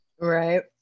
Right